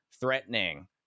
threatening